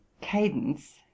cadence